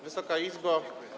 Wysoka Izbo!